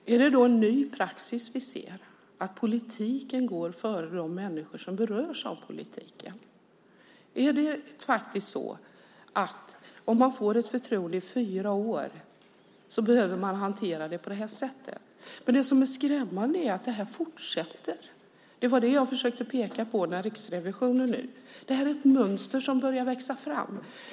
Herr talman! Är det då en ny praxis vi ser där politiken går före de människor som berörs av politiken? Är det så att om man får ett förtroende i fyra år så behöver man hantera det på detta sätt? Det skrämmande är att detta fortsätter. Det var det som jag försökte peka på med Riksrevisionen. Detta är ett mönster som börjar växa fram.